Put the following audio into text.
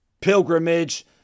pilgrimage